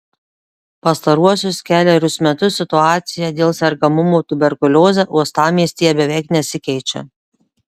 pastaruosius kelerius metus situacija dėl sergamumo tuberkulioze uostamiestyje beveik nesikeičia